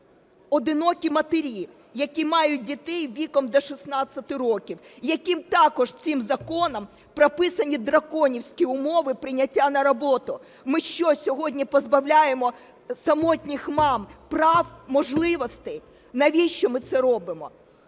одинокі матері, які мають дітей віком до 16 років, яким також цим законом прописані драконівські умови прийняття на роботу? Ми що, сьогодні позбавляємо самотніх мам прав, можливостей? Навіщо ми це робимо?